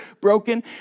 broken